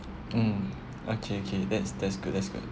mm okay okay that's that's good that's good